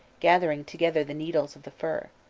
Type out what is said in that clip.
gathering together the needles of the fir.